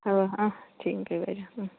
হ'ব অঁ thank you বাইদেউ অঁ